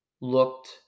looked